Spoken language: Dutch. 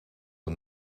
een